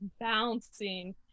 bouncing